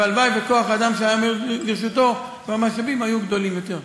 והלוואי שכוח-האדם שהיה עומד לרשותו והמשאבים היו גדולים יותר.